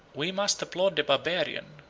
we must applaud the barbarian,